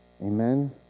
Amen